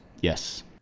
Yes